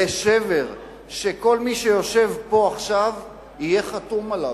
לשבר שכל מי שיושב פה עכשיו יהיה חתום עליו,